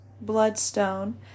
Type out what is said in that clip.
bloodstone